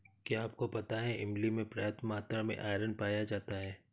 क्या आपको पता है इमली में पर्याप्त मात्रा में आयरन पाया जाता है?